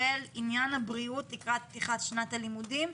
עניין הבריאות לקראת פתיחת שנת הלימודים,